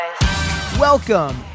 Welcome